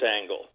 angle